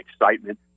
excitement